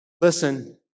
listen